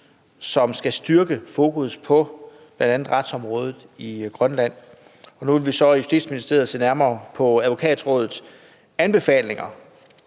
som skal styrke fokus på bl.a. retsområdet i Grønland. Så nu vil vi i Justitsministeriet se nærmere på Advokatrådets anbefalinger